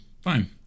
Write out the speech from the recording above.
fine